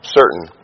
certain